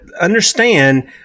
understand